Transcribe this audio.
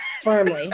Firmly